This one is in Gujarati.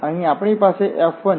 તેથી અહીં આપણી પાસે F1 છે